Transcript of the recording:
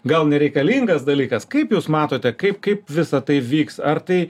gal nereikalingas dalykas kaip jūs matote kaip kaip visa tai vyks ar tai